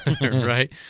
right